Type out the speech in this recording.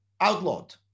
outlawed